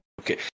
Okay